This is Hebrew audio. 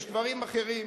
יש דברים אחרים,